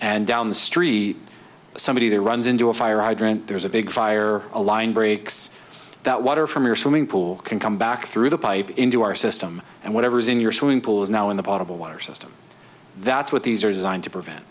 and down the street somebody that runs into a fire hydrant there's a big fire a line breaks that water from your swimming pool can come back through the pipe into our system and whatever's in your swimming pool is now in the bottled water system that's what these are designed to prevent